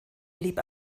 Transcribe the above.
blieb